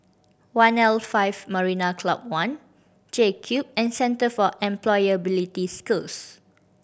one L five Marina Club One J Cube and Centre for Employability Skills